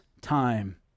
time